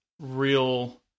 Real